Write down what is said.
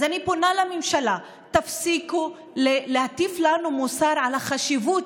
אז אני פונה לממשלה: תפסיקו להטיף לנו מוסר על החשיבות